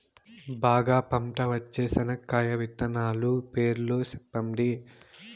బాగా పంట వచ్చే చెనక్కాయ విత్తనాలు పేర్లు సెప్పండి?